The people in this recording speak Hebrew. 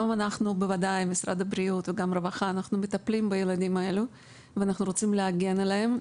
גם אנחנו וגם משרד הרווחה מטפלים בילדים האלה ורוצים להגן עליהם,